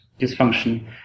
dysfunction